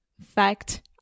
fact